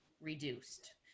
reduced